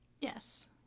Yes